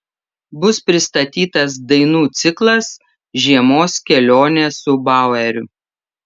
bus pristatytas dainų ciklas žiemos kelionė su baueriu